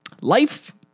Life